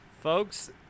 Folks